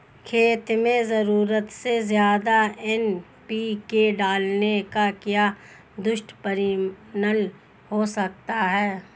खेत में ज़रूरत से ज्यादा एन.पी.के डालने का क्या दुष्परिणाम हो सकता है?